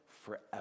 forever